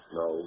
no